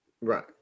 Right